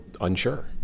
unsure